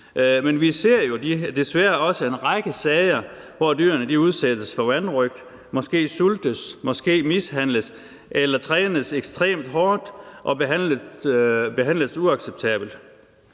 men vi ser jo desværre også en række sager, hvor dyrene udsættes for vanrøgt. Måske sultes de, mishandles eller trænes ekstremt hårdt og behandles uacceptabelt.